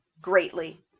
greatly